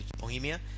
Bohemia